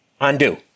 undo